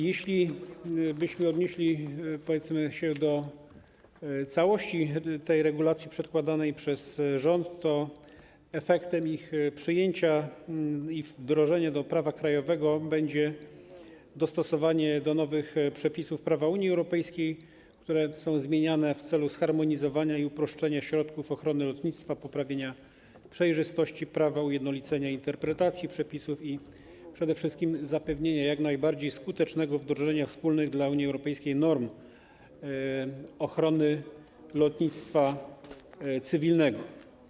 Jeślibyśmy odnieśli się do całości regulacji przedkładanej przez rząd, to efektem jej przyjęcia i wdrożenia do prawa krajowego będzie dostosowanie do nowych przepisów prawa Unii Europejskiej, które są zmieniane w celu zharmonizowania i uproszczenia środków ochrony lotnictwa, poprawienia przejrzystości prawa, ujednolicenia interpretacji przepisów i przede wszystkim zapewnienia jak najbardziej skutecznego wdrożenia wspólnych dla Unii Europejskiej norm ochrony lotnictwa cywilnego.